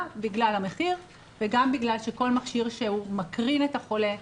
בגלל המחיר וגם בכלל שכל מכשיר שהוא מקרין את החולה,